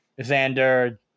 Xander